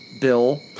bill